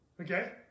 Okay